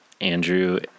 Andrew